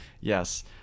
yes